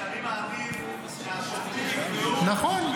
שאני מעדיף שהשופטים יקבעו -- נכון.